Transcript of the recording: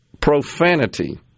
profanity